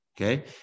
Okay